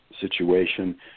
situation